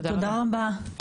תודה רבה.